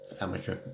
amateur